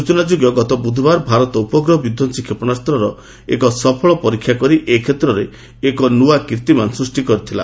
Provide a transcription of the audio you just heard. ସୂଚନାଯୋଗ୍ୟ ଗତ ବୁଧବାର ଭାରତ ଉପଗ୍ରହ ବିଧ୍ୱଂସୀ କ୍ଷେପଶାସ୍ତର ଏକ ସପଳ ପରୀକ୍ଷା କରି ଏ କ୍ଷେତ୍ରରେ ଏକ ନୂଆ କୀର୍ଭିମାନ୍ ସୃଷ୍ଟି କରିଥିଲା